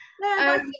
No